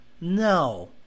No